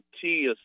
tea